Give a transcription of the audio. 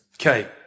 Okay